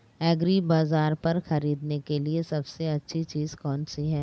एग्रीबाज़ार पर खरीदने के लिए सबसे अच्छी चीज़ कौनसी है?